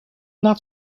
not